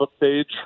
page